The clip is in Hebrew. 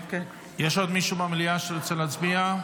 יש עוד מישהו במליאה שרוצה להצביע?